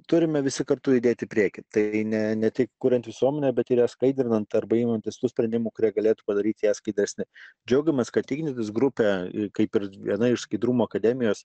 turime visi kartu judėt į priekį tai ne ne tik kuriant visuomenę bet ir ją skaidrinant arba imantis tų sprendimų kurie galėtų padaryt ją skaidresni džiaugiamės kad ignitis grupė kaip ir viena iš skaidrumo akademijos